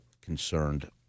concerned